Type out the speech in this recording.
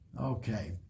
Okay